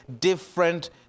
different